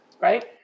right